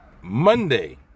Monday